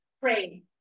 Pray